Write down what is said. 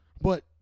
but-